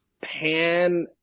pan